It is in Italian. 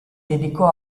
dedicò